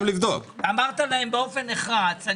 לבדוק איך אפשר לעשות את זה ומה החסמים.